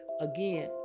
again